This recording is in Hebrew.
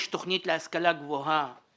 יש תוכנית להשכלה גבוהה